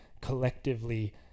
collectively